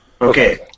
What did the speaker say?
Okay